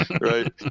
right